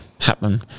happen